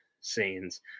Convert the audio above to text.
scenes